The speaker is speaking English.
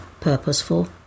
purposeful